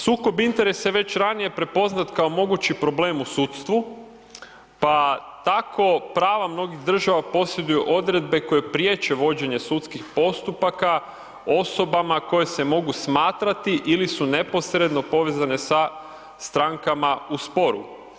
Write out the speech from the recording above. Sukob interesa je već ranije prepoznat kao mogući problem u sudstvu, pa tako prava mnogih država posjeduju odredbe koje priječe vođenje sudskih postupaka osobama koje se mogu smatrati ili su neposredno povezane sa strankama u sporu.